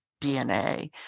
DNA